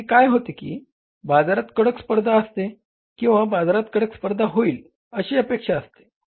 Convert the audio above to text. कधीकधी काय होते की बाजारात कडक स्पर्धा असते किंवा बाजारात कडक स्पर्धा होईल अशी अपेक्षा असते